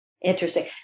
Interesting